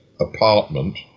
apartment